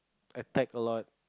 attacked a lot